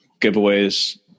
giveaways